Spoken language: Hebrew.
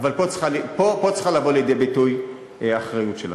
אבל פה צריכה לבוא לידי ביטוי האחריות שלכם.